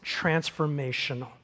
transformational